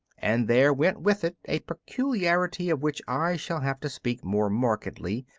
and there went with it a peculiarity of which i shall have to speak more markedly,